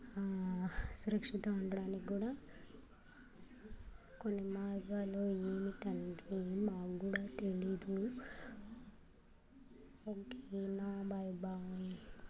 సురక్షితం ఉండటానికి కూడా కొన్ని మార్గాలు ఏమిటంటే మాకు కూడా తెలియదు ఓకేనా బాయ్ బాయ్